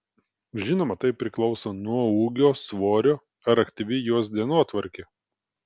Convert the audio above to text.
žinoma tai priklauso nuo ūgio svorio ar aktyvi jos dienotvarkė